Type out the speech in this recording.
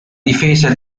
difesa